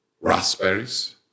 raspberries